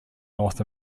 north